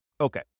Okay